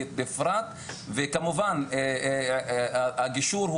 עם אמירה שדעות שונות וצדדים שונים במפה הפוליטית יכולים לשבת ביחד,